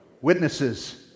Witnesses